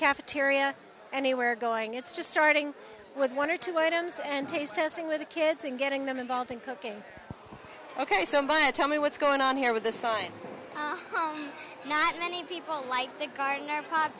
cafeteria anywhere going it's just starting with one or two items and taste testing with the kids and getting them involved in cooking ok somebody tell me what's going on here with the sign home not many people like the gardener po